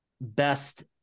best